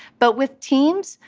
but with teams,